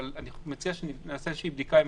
אבל אני מציע שנעשה איזושהי בדיקה עם